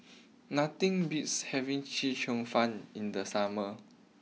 nothing beats having Chee Cheong fun in the summer